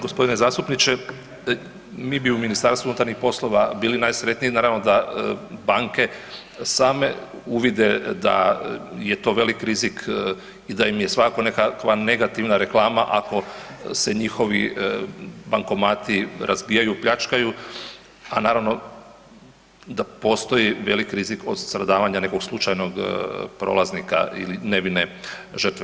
Gospodine zastupniče, mi bi u Ministarstvu unutarnjih poslova bili najsretniji naravno da banke same uvide da je to velik rizik i da im je svakako nekakva negativna reklama ako se njihovi bankomati razbijaju, pljačkaju a naravno da postoji veliki rizik od stradavanja nekog slučajnog prolaznika ili nevine žrtve.